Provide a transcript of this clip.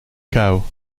kou